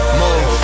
move